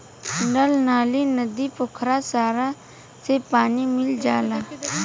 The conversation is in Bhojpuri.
नल नाली, नदी, पोखरा सारा से पानी मिल जाला